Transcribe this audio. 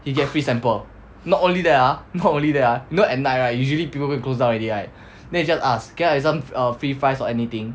he get free sample not only that ah not only that ah you know at night right usually people going close down already then he just ask can I have some err free fries or anything